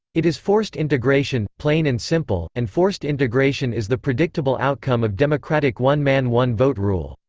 it is forced integration, plain and simple, and forced integration is the predictable outcome of democratic one-man-one-vote rule.